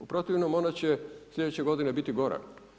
U protivnom ona će sljedeće godine biti gora.